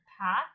path